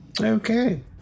okay